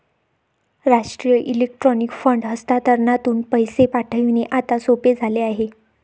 राष्ट्रीय electronic fund हस्तांतरणातून पैसे पाठविणे आता सोपे झाले आहे